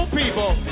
people